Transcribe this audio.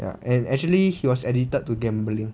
ya actually he was addicted to gambling